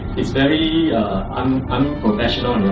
it's very um unprofessional